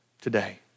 today